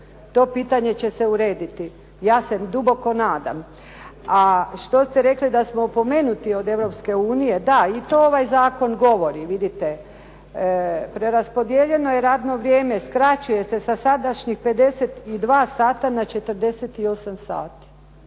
To pitanje će se urediti, ja se duboko nadam. A što ste rekli da smo opomenuti od Europske unije. Da i to ovaj zakon govori. Vidite, preraspodijeljeno je radno vrijeme. Skraćuje se sadašnjih 52 sata na 48 sati.